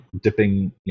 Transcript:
dipping